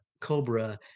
Cobra